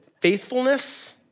faithfulness